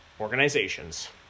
organizations